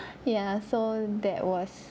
ya so that was